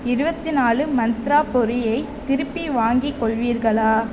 இருபத்தி நாலு மந்த்ரா பொரியை திருப்பி வாங்கிக் கொள்வீர்களா